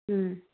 ହଁ